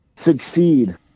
succeed